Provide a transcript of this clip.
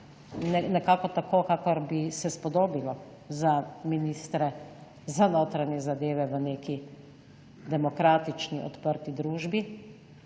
nekako tako, kakor bi se spodobilo za ministre za notranje zadeve v neki demokratični, odprti družbi,